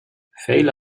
vele